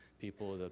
people